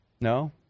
No